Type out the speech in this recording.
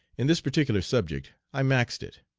in this particular subject i maxed it,